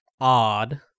odd